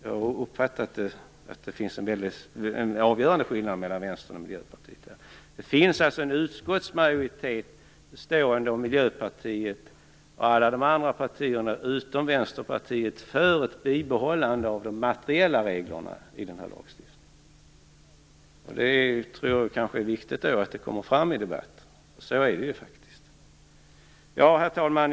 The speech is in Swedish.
Jag har uppfattat att det finns en avgörande skillnad mellan Vänstern och Miljöpartiet. Det finns en utskottsmajoritet bestående av Miljöpartiet och alla de andra partierna utom Vänsterpartiet för ett bibehållande av de materiella reglerna i den här lagstiftningen. Det är viktigt att det kommer fram i debatten. Så är det faktiskt. Herr talman!